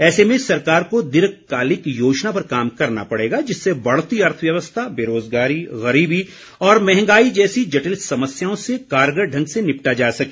ऐसे में सरकार को दीर्घकालिक योजना पर काम करना पड़ेगा जिससे बढ़ती अर्थव्यवस्था बेरोज़गारी गरीबी और महंगाई जैसी जटिल समस्याओं से कारगर ढंग से निपटा जा सके